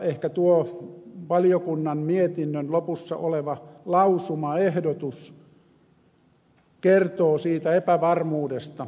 ehkä tuo valiokunnan mietinnön lopussa oleva lausumaehdotus kertoo siitä epävarmuudesta